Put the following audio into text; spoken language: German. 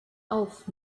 auf